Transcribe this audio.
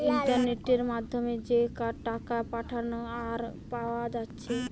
ইন্টারনেটের মাধ্যমে যে টাকা পাঠানা আর পায়া যাচ্ছে